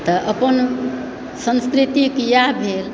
तऽ अपन संस्कृतिके इएह भेल